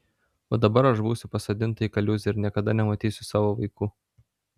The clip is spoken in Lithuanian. va dabar aš būsiu pasodinta į kaliūzę ir niekada nematysiu savo vaikų